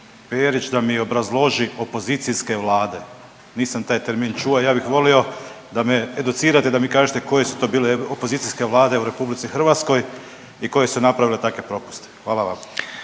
da mi obrazloži opozicijske vlade. Nisam taj termin čuo, a ja bih volio da me educirate da mi kažete koje su to bile opozicijske vlade u RH i koje su napravile takve propuste. Hvala vam.